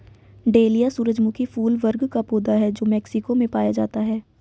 dahlia सूरजमुखी फूल वर्ग का पौधा है जो मेक्सिको में पाया जाता है